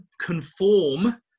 conform